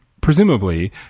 presumably